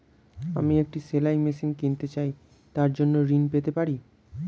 আমি একটি সেলাই মেশিন কিনতে চাই তার জন্য ঋণ পেতে পারি?